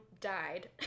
died